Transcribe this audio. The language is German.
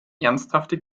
ernsthafte